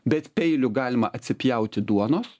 bet peiliu galima atsipjauti duonos